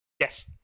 Yes